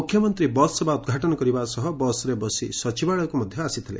ମୁଖ୍ୟମନ୍ତୀ ବସ୍ ସେବା ଉଦ୍ଘାଟନ କରିବା ସହ ବସ୍ରେ ବସି ସଚିବାଳୟକୁ ଆସିଥିଲେ